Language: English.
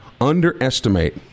underestimate